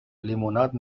لیموناد